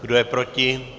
Kdo je proti?